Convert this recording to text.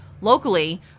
Locally